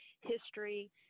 history